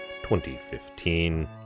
2015